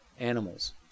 animals